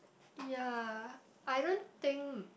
ya I don't think